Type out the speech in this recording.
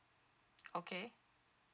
okay